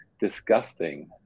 disgusting